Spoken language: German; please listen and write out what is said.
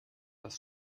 das